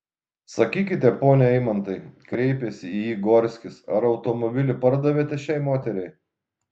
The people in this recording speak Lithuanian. sakykite pone eimantai kreipėsi į jį gorskis ar automobilį pardavėte šiai moteriai